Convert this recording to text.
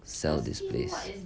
sell this place